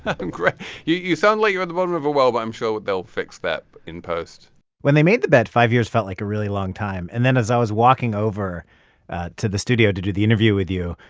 and great. you you sound like you're at the bottom of a well, but i'm sure they'll fix that in post when they made the bet, five years felt like a really long time. and then, as i was walking over to the studio to do the interview with you,